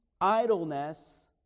idleness